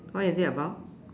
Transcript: what is it about